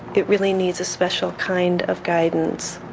it really needs a special kind of guidance.